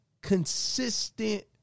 consistent